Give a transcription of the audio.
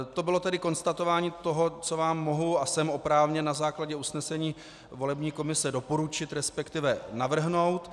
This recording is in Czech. To bylo konstatování toho, co vám mohu a jsem oprávněn na základě usnesení volební komise doporučit, resp. navrhnout.